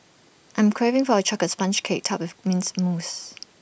I'm craving for A Chocolate Sponge Cake Topped with mints mousse